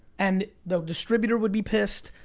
and the distributor would be pissed.